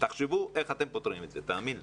תחשבו איך אתם פותרים את זה, תאמין לי.